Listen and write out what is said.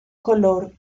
color